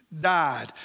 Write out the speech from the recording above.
died